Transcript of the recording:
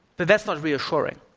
but that's not reassuring,